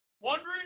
Wondering